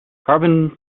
carbon